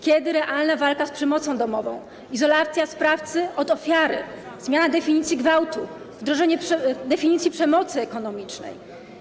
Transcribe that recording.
Kiedy realna walka z przemocą domową, izolacja sprawcy od ofiary, zmiana definicji gwałtu, wdrożenie definicji przemocy ekonomicznej?